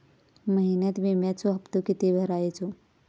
महिन्यात विम्याचो हप्तो किती भरायचो?